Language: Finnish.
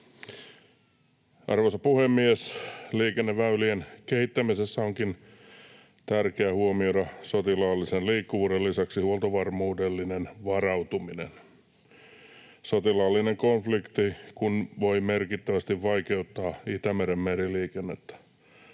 Arvoisa puhemies! Liikenneväylien kehittämisessä onkin tärkeää huomioida sotilaallisen liikkuvuuden lisäksi huoltovarmuudellinen varautuminen — sotilaallinen konflikti kun voi merkittävästi vaikeuttaa Itämeren meriliikennettä.